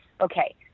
okay